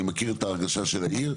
אני מכיר את ההרגשה של העיר.